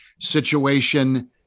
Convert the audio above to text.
situation